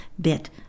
bit